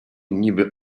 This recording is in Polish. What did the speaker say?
niby